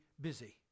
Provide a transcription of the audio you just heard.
busy